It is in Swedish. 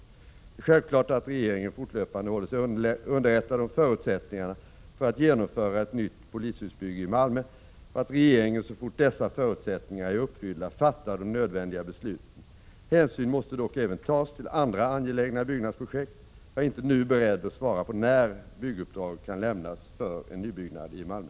Det är självklart att regeringen fortlöpande håller sig underrättad om förutsättningarna för att genomföra ett nytt polishusbygge i Malmö och att regeringen så fort dessa förutsättningar är uppfyllda fattar de nödvändiga besluten. Hänsyn måste dock även tas till andra angelägna byggnadsprojekt. Jag är inte nu beredd att svara på när bygguppdrag kan lämnas för en nybyggnad i Malmö.